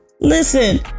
Listen